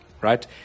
right